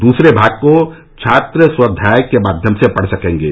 दूसरे भाग को छात्र स्वाध्याय के माध्यम से पढ़ सकेंगे